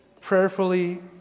Prayerfully